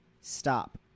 stop